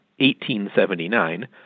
1879